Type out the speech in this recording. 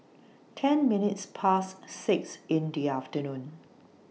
ten minutes Past six in The afternoon